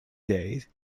days